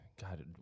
God